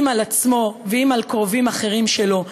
אם על עצמו ואם על קרובים אחרים שלו.